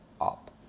Up